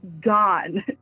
gone